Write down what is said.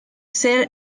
ser